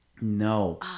No